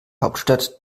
hauptstadt